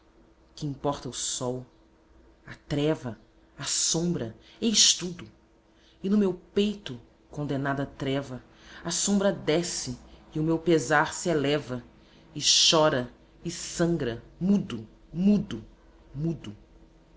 que importa o sol a treva a sombra eis tudo e no meu peito condenada treva a sombra desce e o meu pesar se eleva e chora e sangra mudo mudo mudo